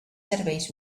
serveis